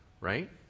right